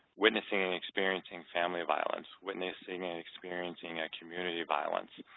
witnessing and experiencing family violence, witnessing and experiencing a community violence,